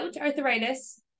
arthritis